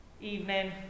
evening